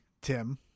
Tim